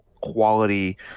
quality –